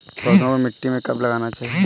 पौधों को मिट्टी में कब लगाना चाहिए?